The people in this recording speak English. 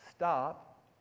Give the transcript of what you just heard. Stop